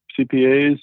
CPAs